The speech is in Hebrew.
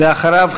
ואחריו,